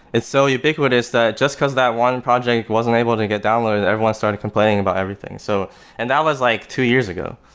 it's so ubiquitous that just because that one project wasn't able to get downloaded, everyone started complaining about everything so and that was like two years ago.